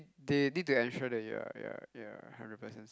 they need to ensure that you are you are you are hundred percent